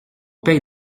paye